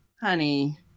honey